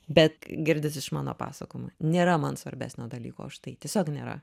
bet girdis iš mano pasakojimų nėra man svarbesnio dalyko už tai tiesiog nėra